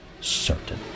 certain